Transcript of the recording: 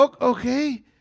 Okay